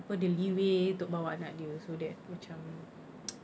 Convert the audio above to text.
apa the leeway untuk bawa anak dia so that macam